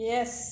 Yes